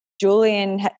Julian